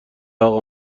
اقا